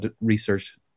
research